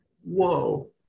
whoa